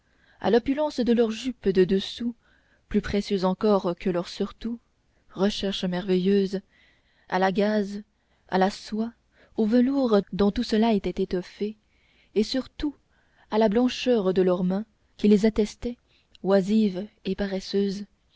à l'opulence de leurs jupes de dessous plus précieuses encore que leur surtout recherche merveilleuse à la gaze à la soie au velours dont tout cela était étoffé et surtout à la blancheur de leurs mains qui les attestait oisives et paresseuses